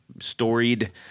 storied